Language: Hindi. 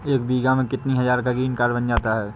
एक बीघा में कितनी हज़ार का ग्रीनकार्ड बन जाता है?